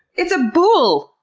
it's a boule!